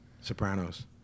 Sopranos